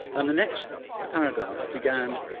and the next paragraph began,